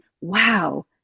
wow